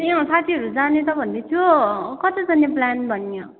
ए अँ साथीहरू जाने त भन्दैथियो कता जाने प्लान बनियो